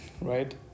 Right